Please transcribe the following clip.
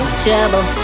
trouble